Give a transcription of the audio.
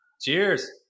Cheers